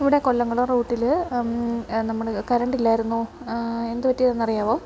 ഇവിടെ കൊല്ലങ്കുളം റൂട്ടില് നമ്മള് കറണ്ടില്ലായിരുന്നു എന്ത് പറ്റിയതാണെന്ന് അറിയാമോ